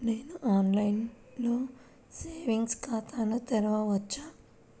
నేను ఆన్లైన్లో సేవింగ్స్ ఖాతాను తెరవవచ్చా?